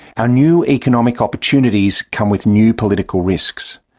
our new economic opportunities come with new political risks.